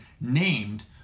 named